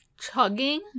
Chugging